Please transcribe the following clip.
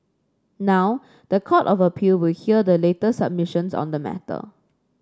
now the Court of Appeal will hear the latest submissions on the matter